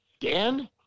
Dan